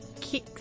kick